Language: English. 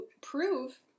prove